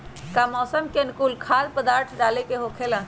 का मौसम के अनुकूल खाद्य पदार्थ डाले के होखेला?